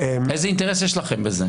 איזה אינטרס יש לכם בזה?